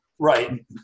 right